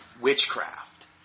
witchcraft